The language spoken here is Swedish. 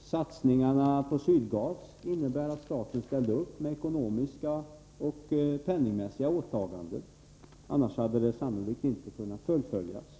Satsningarna på Sydgas förutsatte att staten ställde upp med ekonomiska åtaganden — annars hade de sannolikt inte kunnat fullföljas.